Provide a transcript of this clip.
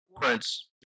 Prince